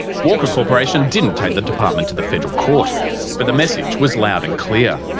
walker corporation didn't take the department to the federal court but the message was loud and clear.